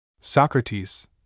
Socrates